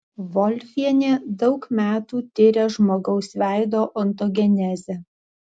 volfienė daug metų tiria žmogaus veido ontogenezę